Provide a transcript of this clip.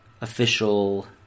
official